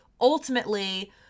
ultimately